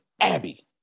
Abby